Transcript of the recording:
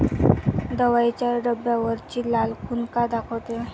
दवाईच्या डब्यावरची लाल खून का दाखवते?